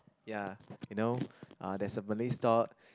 ya you know uh there's a Malay store